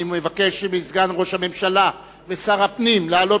אני מבקש מסגן ראש הממשלה ושר הפנים לעלות